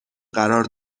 قرار